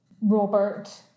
Robert